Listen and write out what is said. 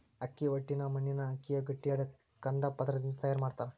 ಅಕ್ಕಿ ಹೊಟ್ಟಿನ ಎಣ್ಣಿನ ಅಕ್ಕಿಯ ಗಟ್ಟಿಯಾದ ಕಂದ ಪದರದಿಂದ ತಯಾರ್ ಮಾಡ್ತಾರ